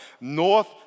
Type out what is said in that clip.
north